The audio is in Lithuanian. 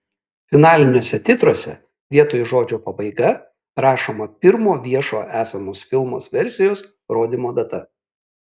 finaliniuose titruose vietoj žodžio pabaiga rašoma pirmo viešo esamos filmo versijos rodymo data